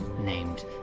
named